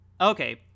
Okay